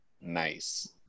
nice